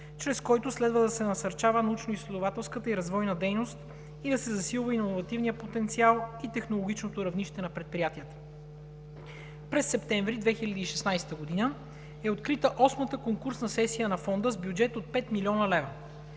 чрез който следва да се насърчава научно-изследователската и развойна дейност, да се засилва иновативният потенциал и технологичното равнище на предприятията. През септември 2016 г. е открита Осмата конкурсна сесия на Фонда с бюджет от 5 млн. лв.,